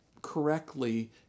Correctly